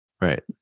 Right